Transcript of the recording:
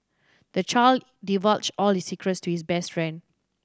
the child divulged all his secrets to his best friend